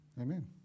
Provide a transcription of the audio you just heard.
Amen